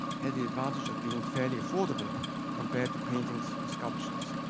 had the advantage of being fairly affordable compared to paintings or sculptures.